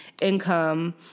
income